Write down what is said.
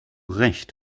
recht